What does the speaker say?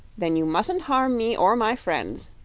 then you mustn't harm me, or my friends,